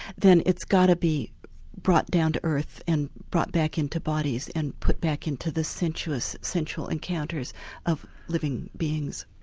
then it's got to be brought down to earth and brought back into bodies and put back into the sensuous central encounters of living beings.